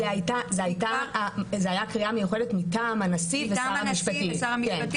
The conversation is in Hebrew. זו הייתה קריאה מיוחדת מטעם הנשיא ושר המשפטים.